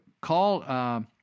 Call